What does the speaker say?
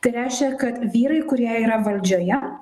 tai reiškia kad vyrai kurie yra valdžioje